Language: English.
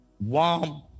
warm